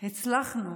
הצלחנו